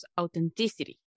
authenticity